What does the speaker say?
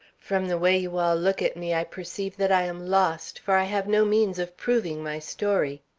from the way you all look at me i perceive that i am lost, for i have no means of proving my story.